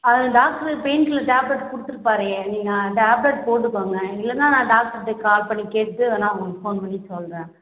அது doctor pain killer tablet கொடுத்துருப்பாரே நீங்கள் டேப்லெட் போட்டுக்கோங்க இல்லைனா நான் டாக்ட்ருட்ட கால் பண்ணி கேட்டுவிட்டு வேணுனா உங்களுக்கு ஃபோன் பண்ணி சொல்கிறேன்